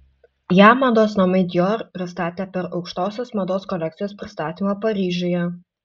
ją mados namai dior pristatė per aukštosios mados kolekcijos pristatymą paryžiuje